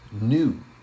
new